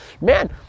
Man